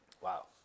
Wow